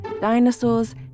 dinosaurs